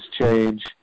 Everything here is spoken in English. change